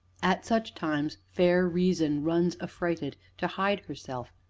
at such times fair reason runs affrighted to hide herself,